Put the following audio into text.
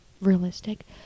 realistic